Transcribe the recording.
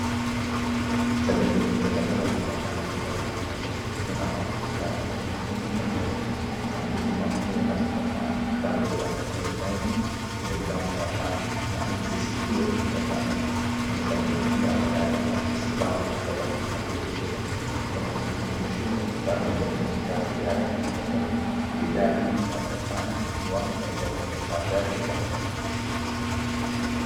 Sanduku la dawa linaonekana likiwa limefungwa, likiwa na maandishi ya rangi nyekundu na nyeusi, maandishi makuu yanasomeka azithromicin miligramu miatano na mizizi pia miligramu mia tano, kwenye sanduku pia kuna neno sifal kifungishio cha vindonge vitatu vya rangi nyeupe, bidhaa hii inaonekana ikiwa imewekwa kwenye mandhari nyeupe.